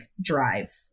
drive